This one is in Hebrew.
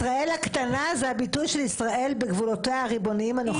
ישראל הקטנה זה הביטוי של ישראל בגבולותיה הריבוניים הנוכחיים.